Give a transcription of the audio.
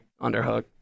underhook